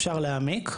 אפשר להעמיק,